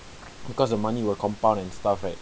because the money will compound and stuff right